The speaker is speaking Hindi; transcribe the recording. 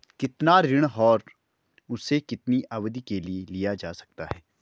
कितना ऋण और उसे कितनी अवधि के लिए लिया जा सकता है?